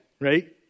right